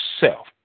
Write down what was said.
self